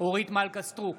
אורית מלכה סטרוק,